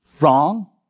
Wrong